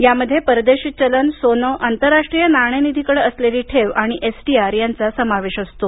यामध्ये परदेशी चलन सोने आंतरराष्ट्रीय नाणेनिधीकडं असलेली ठेव आणि एसडीआर यांचा समावेश असतो